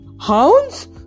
Hounds